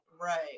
Right